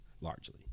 largely